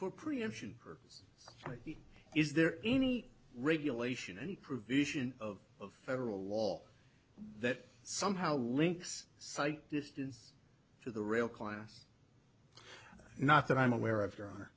for preemption or is there any regulation any provision of of federal law that somehow links site distance to the real class not that i'm aware of your honor